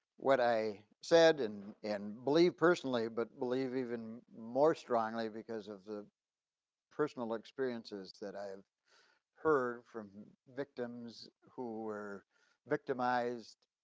what i said and and believe personally, but believe even more strongly strongly because of the personal experiences that i've heard from victims who were victimized,